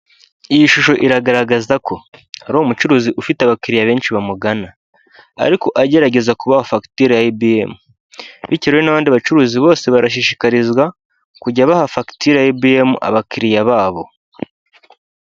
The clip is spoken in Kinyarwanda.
Iyi shusho iragaragaza ko ari umucuruzi ufite abakiriya benshi bamugana ariko agerageza kubaha fagitire ya ibiyemu, bityo n'abandi bacuruzi bose barashishikarizwa kujya baha fagitire ya ibiyemu abakiriya babo.